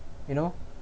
you know